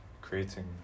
creating